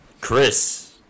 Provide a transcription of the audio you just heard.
Chris